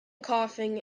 coughing